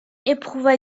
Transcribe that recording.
éprouva